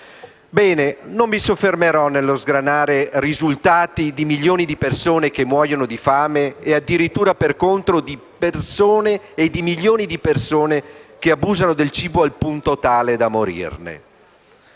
Non mi soffermerò nello sgranare dati di milioni di persone che muoiono di fame e, per contro, di milioni di persone che abusano del cibo al punto tale da morirne.